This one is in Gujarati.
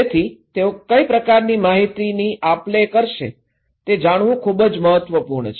તેથી તેઓ કઈ પ્રકારની માહિતીની આપલે કરશે તે જાણવું ખૂબ જ મહત્વપૂર્ણ છે